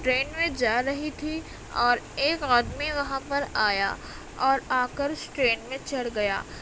train میں جا رہی تھی اور ایک آدمی وہاں پر آیا اور آ کر اس ٹرین میں چڑھ گیا